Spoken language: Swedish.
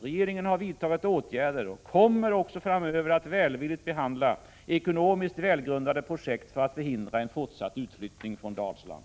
Regeringen har vidtagit åtgärder och kommer också framöver att välvilligt behandla ekonomiskt välgrundade projekt för att förhindra en fortsatt utflyttning från Dalsland.